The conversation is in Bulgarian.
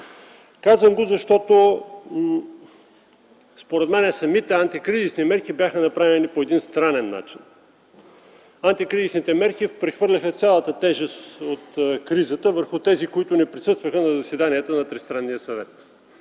Казвам го, защото, според мен, самите антикризисни мерки бяха направени по един странен начин – анкризисните мерки прехвърляха цялата тежест от кризата върху тези, които не присъстваха на заседанията на тристранния съвет.